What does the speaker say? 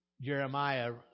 Jeremiah